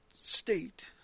state